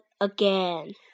again